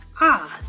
Oz